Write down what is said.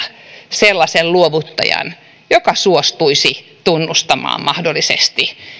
sellaisen luovuttajan joka suostuisi tunnustamaan mahdollisesti